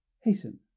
Hasten